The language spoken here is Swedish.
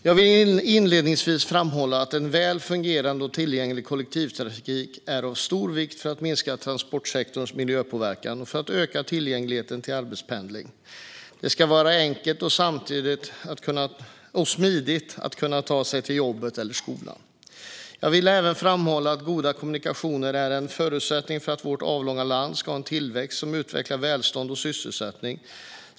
Fru talman! Jag vill inledningsvis framhålla att en väl fungerande och tillgänglig kollektivtrafik är av stor vikt för att minska transportsektorns miljöpåverkan och för att öka tillgängligheten till arbetspendling. Det ska vara enkelt och smidigt att kunna ta sig till jobbet eller skolan. Jag vill även framhålla att goda kommunikationer är en förutsättning för att vårt avlånga land ska ha en tillväxt som utvecklar välstånd och sysselsättning.